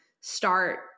start